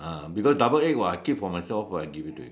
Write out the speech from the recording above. ah because double egg [what] I keep for myself what for I give it to you